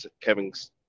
Kevin's